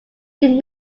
did